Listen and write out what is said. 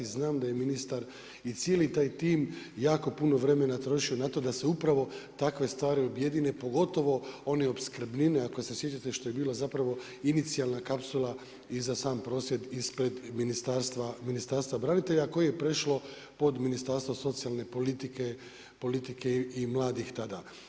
Znam da je ministar i cijeli taj tim jako putno vremena trošio na to da se upravo takve stvari objedine pogotovo one opskrbnine ako se sjećate što je bilo inicijalna kapsula i za sam prosvjed ispred Ministarstva branitelja koje je prešlo pod Ministarstvo socijalne politike i mladih tada.